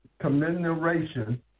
commemoration